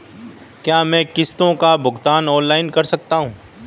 क्या मैं किश्तों का भुगतान ऑनलाइन कर सकता हूँ?